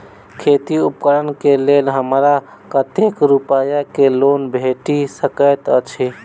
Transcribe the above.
खेती उपकरण केँ लेल हमरा कतेक रूपया केँ लोन भेटि सकैत अछि?